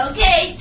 Okay